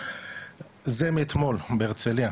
זה מאתמול בהרצליה,